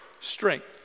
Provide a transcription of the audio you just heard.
strength